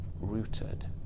rooted